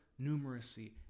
numeracy